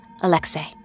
Alexei